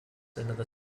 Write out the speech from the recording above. another